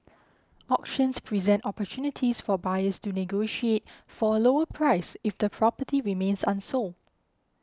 auctions present opportunities for buyers to negotiate for a lower price if the property remains unsold